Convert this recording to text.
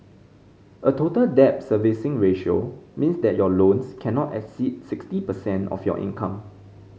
a Total Debt Servicing Ratio means that your loans cannot exceed sixty percent of your income